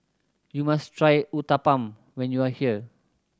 you must try Uthapam when you are here